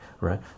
right